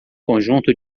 conjunto